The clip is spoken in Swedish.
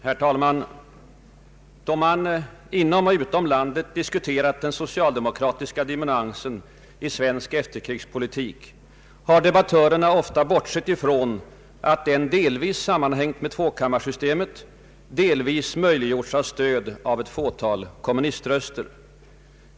Herr talman! Då man — inom och utom landet — diskuterat den socialdemokratiska dominansen i svensk efterkrigspolitik, har debattörerna ofta bortsett ifrån, att den delvis sammanhängt med tvåkammarsystemet, delvis möjliggjorts av stöd av ett fåtal kommuniströster.